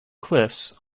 cliffs